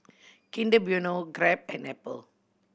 Kinder Bueno Grab and Apple